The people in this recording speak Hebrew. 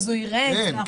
אז הוא יראה את זה,